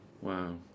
Wow